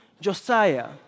Josiah